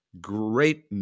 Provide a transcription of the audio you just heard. great